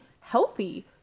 healthy